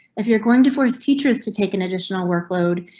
if you're going to force teachers to take an additional workload,